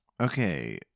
okay